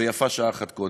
ויפה שעה אחת קודם.